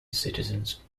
citizens